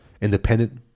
independent